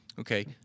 Okay